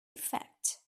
effect